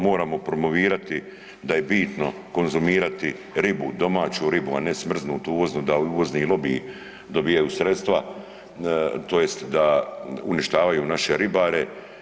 Moramo promovirati da je bitno konzumirati ribu domaću ribu, a ne smrznutu uvoznu da uvozni lobiji dobivaju sredstva tj. Da uništavaju naše ribare.